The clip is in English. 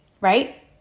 right